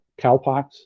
cowpox